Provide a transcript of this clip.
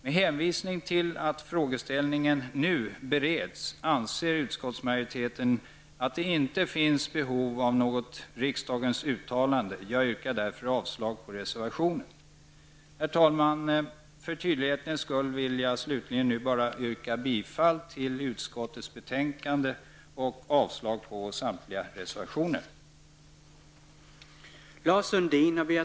Med hänvisning till att frågeställningen nu bereds anser utskottsmajoriteten att det inte finns behov av något riksdagens uttalande. Jag yrkar därför avslag på reservationen. Herr talman! För tydlighetens skull vill jag slutligen bara yrka bifall till utskottets hemställan och avslag på samtliga reservationer.